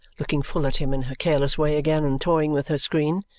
looking full at him in her careless way again and toying with her screen.